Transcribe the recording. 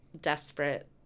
desperate